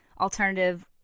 alternative –